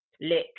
Lick